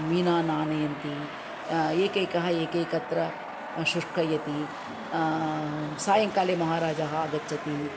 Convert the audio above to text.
मीनान् आनयन्ति एकेकः एकैकत्र शुष्कयति सायङ्काले महाराजः आगच्छति